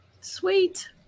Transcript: Sweet